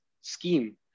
scheme